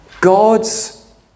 God's